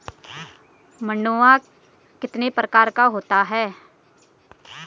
मंडुआ कितने प्रकार का होता है?